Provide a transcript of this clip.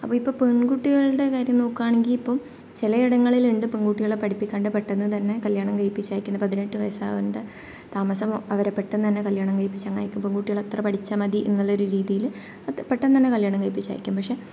അപ്പോൾ ഇപ്പോൾ പെൺകുട്ടികൾടെ കാര്യം നോക്കുവാണെങ്കിൽ ഇപ്പം ചിലയിടങ്ങളിൽ ഉണ്ട് പെൺകുട്ടികളെ പഠിപ്പിക്കാണ്ട് പെട്ടെന്ന് തന്നെ കല്യാണം കഴിപ്പിച്ച് അയയ്ക്കുന്നത് പതിനെട്ട് വയസ്സ് ആവേണ്ട താമസം അവരെ പെട്ടെന്ന് തന്നെ കല്യാണം കഴിപ്പിച്ച് അങ്ങ് അയയ്ക്കും പെൺകുട്ടികൾ അത്ര പഠിച്ചാൽ മതി എന്നുള്ള ഒരു രീതിയിൽ അത് പെട്ടെന്ന് തന്നെ കല്യാണം കഴിപ്പിച്ച് അയയ്ക്കും പക്ഷേ